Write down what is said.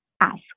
ask